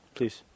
Please